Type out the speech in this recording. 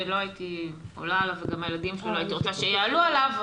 שלא הייתי עולה עליו וגם הילדים שלי לא הייתי רוצה שיעלו עליו,